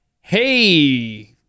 Hey